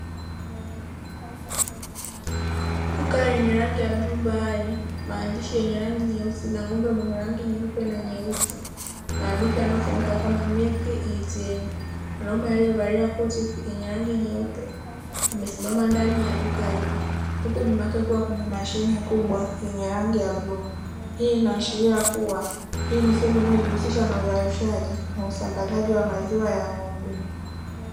Duka lenye rangi ya bluu bahari, maandishi yenye rangi nyeusi na ng'ombe mwenye rangi nyeupe na nyeusi, maandishi yanayosomeka kama "Milk ATM". Mwanaume aliyevalia koti lenye rangi nyeupe, amesimama ndani ya duka hilo huku nyuma yake kukiwa kuna mashine kubwa yenye rangi ya bluu. Hii inaashiria kuwa hii ni sehemu inayojihusisha na uzalishaji na usambazaji wa maziwa ya ng'ombe.